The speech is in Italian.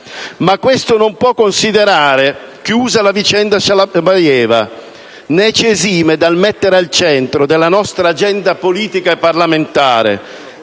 Ma questo non può considerare chiusa la vicenda Shalabayeva, né ci esime dal mettere al centro della nostra agenda politica e parlamentare,